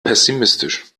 pessimistisch